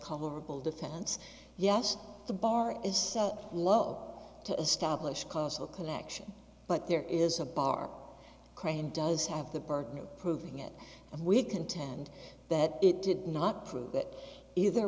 colorable defense yes the bar is so low to establish causal connection but there is a bar and does have the burden of proving it and we contend that it did not prove that either